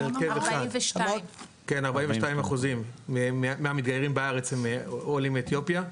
כן 42% מהמתגיירים בארץ הם עולים מאתיופיה,